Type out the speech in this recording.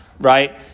right